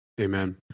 Amen